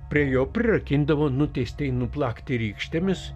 prie jo prirakindavo nuteistąjį nuplakti rykštėmis